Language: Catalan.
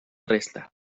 resta